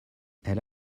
elle